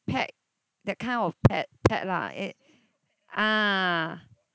pack that kind of pack pack lah it ah